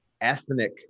ethnic